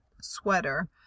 sweater